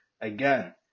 Again